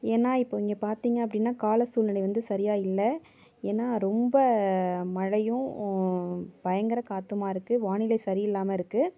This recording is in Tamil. ஏன்னா இப்போ இங்கே பார்த்திங்க அப்படின்னா கால சூழ்நிலை வந்து சரியாக இல்லை ஏன்னால் ரொம்ப மழையும் பயங்கர காற்றுமா இருக்குது வானிலை சரி இல்லாமல் இருக்குது